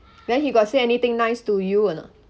then he got say anything nice to you or not